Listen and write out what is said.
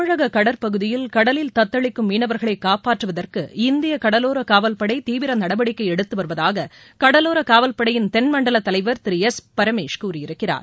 தமிழக கடற்பகுதியில் கடலில் தத்தளிக்கும் மீனவா்களை காப்பாற்றுவதற்கு இந்திய கடலோர காவல்படை தீவிர நடவடிக்கை எடுத்து வருவதாக கடலோர காவல்படையின் தென்மண்டல தலைவா் திரு எஸ் பரமேஷ் கூறியிருக்கிறார்